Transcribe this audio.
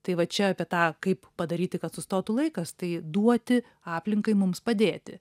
tai va čia apie tą kaip padaryti kad sustotų laikas tai duoti aplinkai mums padėti